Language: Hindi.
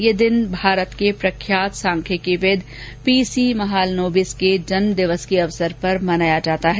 यह दिन भारत के प्रख्यात सांख्यिकीविद पी सी महालनोबिस के जन्मदिवस के अवसर पर मनाया जाता है